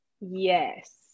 Yes